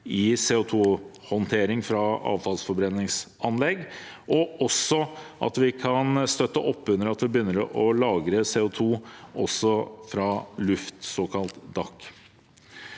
i CO2-håndteringen fra avfallsforbrenningsanlegg – og at vi kan støtte opp under å lagre CO2 fra luft, såkalt DAC.